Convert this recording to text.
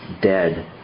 dead